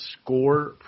score